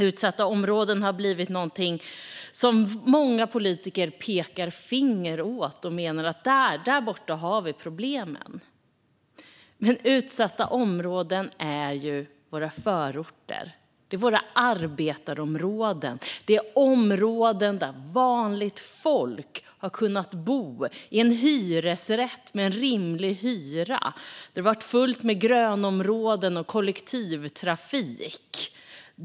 Utsatta områden har blivit någonting som många politiker pekar finger åt. De menar att där borta har vi problemen. Men utsatta områden är våra förorter. Det är våra arbetarområden. Det är områden där vanligt folk har kunnat bo i en hyresrätt med en rimlig hyra. Det har varit fullt med grönområden och kollektivtrafik.